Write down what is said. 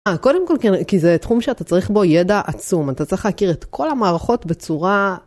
קודם כל כי זה תחום שאתה צריך בו ידע עצום אתה צריך להכיר את כל המערכות בצורה.